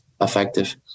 effective